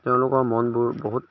তেওঁলোকৰ মনবোৰ বহুত